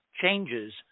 changes